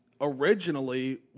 originally